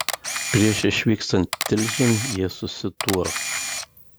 prieš išvykstant tilžėn jie susituokia